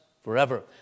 forever